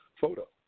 photo